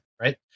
right